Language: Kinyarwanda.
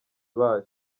bayo